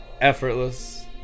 effortless